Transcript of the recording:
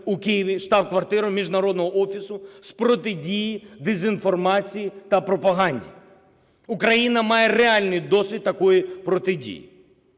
у Києві штаб-квартири Міжнародного офісу з протидії дезінформації та пропаганді. Україна має реальний досвід такої протидії.